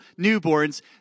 newborns